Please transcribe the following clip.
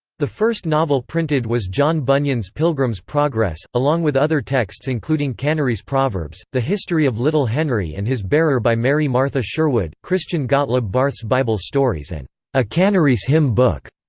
the first novel printed was john bunyan's pilgrim's progress, along with other texts including canarese proverbs, the history of little henry and his bearer by mary martha sherwood, christian gottlob barth's bible stories and a canarese hymn book.